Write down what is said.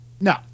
No